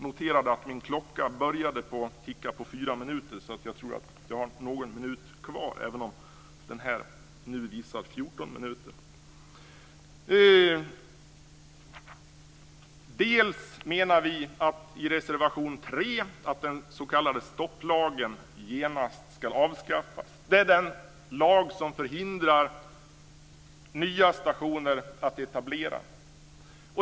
När det gäller reservation 3 menar vi att den s.k. stopplagen genast ska avskaffas. Det är den lag som förhindrar nya stationer att etableras.